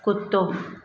कुतो